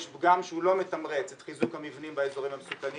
יש פגם שהוא לא מתמרץ את חיזוק המבנים באזורים המסוכנים